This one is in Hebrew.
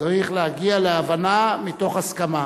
צריך להגיע להבנה מתוך הסכמה.